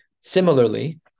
Similarly